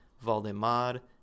valdemar